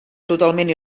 totalment